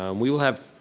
um we will have